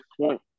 point